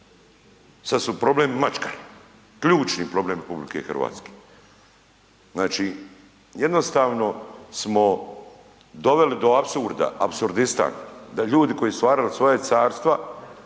Sad su problem maškare, ključni problem RH. Znači, jednostavno smo doveli do apsurda, apsurdistan da ljudi koji su stvarali svoja carstva,